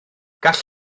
gall